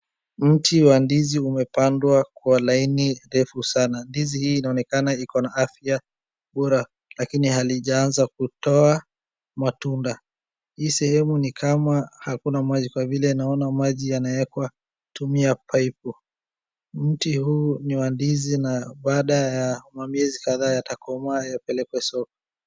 Mti wa ndizi umepandwa kwa laini ndefu sana, ndizi hii inaonekana iko na afya bora lakini halijaanza kutoa matunda, hii sehemu ni kama hakuna maji kwa vile naona maji yanawekwa kutumia paipu, mti huu ni wa ndizi na baada ya mamiezi kadhaa yatakomaa yapelekwe soko.